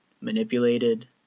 manipulated